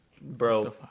Bro